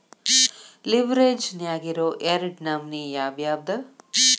ಲಿವ್ರೆಜ್ ನ್ಯಾಗಿರೊ ಎರಡ್ ನಮನಿ ಯಾವ್ಯಾವ್ದ್?